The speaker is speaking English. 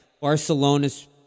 Barcelona's